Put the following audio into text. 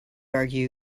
argue